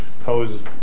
pose